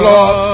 Lord